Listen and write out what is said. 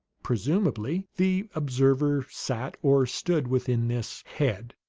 presumably, the observer sat or stood within this head.